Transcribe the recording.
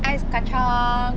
ice kacang